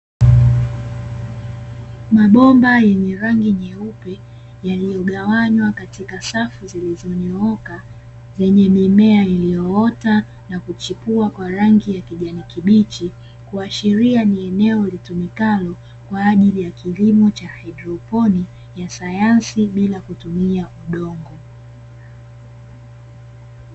Mabomba yenye rangi nyeupe yaliyogawanywa katika safu zilizonyooka, yenye mimea iliyoota na kuchipua kwa rangi ya kijani kibichi, kuashiria ni eneo litumikalio kwa ajili ya kilimo cha haidroponi ya sayansi bila kutumia udongo.